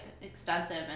extensive